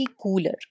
cooler